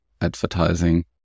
advertising